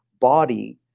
body